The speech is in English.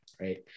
right